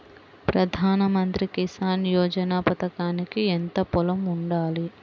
ప్రధాన మంత్రి కిసాన్ యోజన పథకానికి ఎంత పొలం ఉండాలి?